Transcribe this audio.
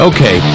Okay